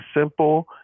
simple